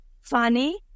funny